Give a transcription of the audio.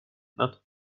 not